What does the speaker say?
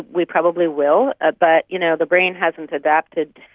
we probably will. ah but you know the brain hasn't adapted,